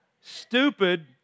Stupid